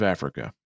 Africa